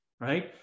right